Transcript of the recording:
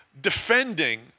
defending